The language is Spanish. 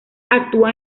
actúa